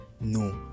No